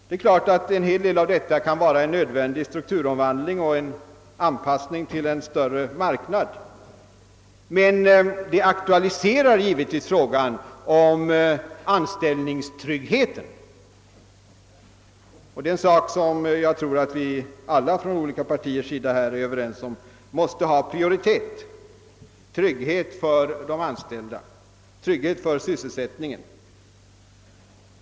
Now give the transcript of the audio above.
Det är klart att en del av detta kan vara en nödvändig strukturomvandling och en anpassning till en större marknad, men det aktualiserar givetvis frågan om anställningstryggheten, och jag tror att alla partier är överens om att frågan om sysselsättningstryggheten för de anställda måste ha prioritet.